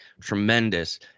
tremendous